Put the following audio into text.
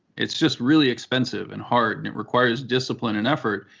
it's just really expensive and hard, and it requires discipline and effort.